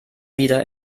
wieder